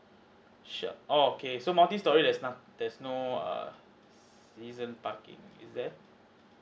sure oh okay so multistorey there's not~ there's no err season parking is that